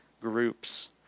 groups